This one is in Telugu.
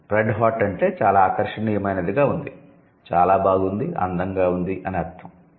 'రెడ్ హాట్' అంటే చాలా ఆకర్షణీయమైనదిగా ఉంది చాలా బాగుంది అందంగా ఉంది అని అర్ధం